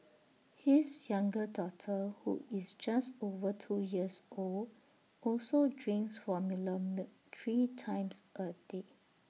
his younger daughter who is just over two years old also drinks formula milk three times A day